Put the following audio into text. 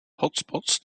hotspots